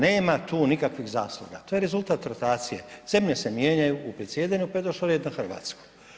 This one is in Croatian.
Nema tu nikakvih zasluga, to je rezultat rotacije, zemlje se mijenjaju u predsjedanju pa je došlo red na Hrvatsku.